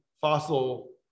fossil